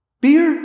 Beer